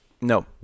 No